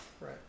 Right